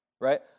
Right